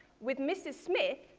with mrs. smith,